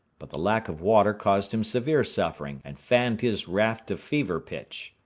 but the lack of water caused him severe suffering and fanned his wrath to fever-pitch.